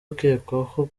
ukekwaho